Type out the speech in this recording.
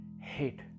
hate